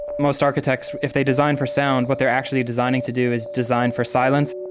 most architects, if they design for sound, what they're actually designing to do is design for silence.